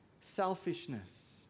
selfishness